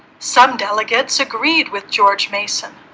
some delegates agreed with george mason,